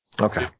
Okay